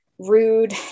rude